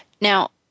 Now